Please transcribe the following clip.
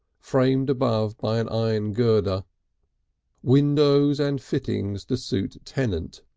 framed above by an iron girder windows and fittings to suit tenant,